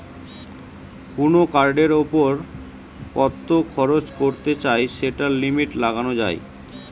কুনো কার্ডের উপর কত খরচ করতে চাই সেটার লিমিট লাগানা যায়